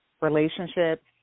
Relationships